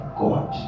god